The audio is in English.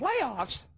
Playoffs